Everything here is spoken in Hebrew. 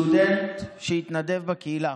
סטודנט שיתנדב בקהילה